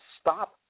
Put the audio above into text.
stop